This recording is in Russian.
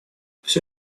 все